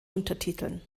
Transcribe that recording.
untertiteln